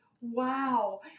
wow